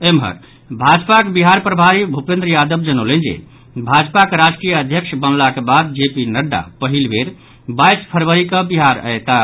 एम्हर भाजपाक बिहार प्रभारी भूपेन्द्र यादव जनौलनि जे भाजपाक राष्ट्रीय अध्यक्ष बनालाक बाद जेपी नड्डा पहिल बेर बाईस फरवरी कऽ बिहार अयताह